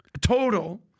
total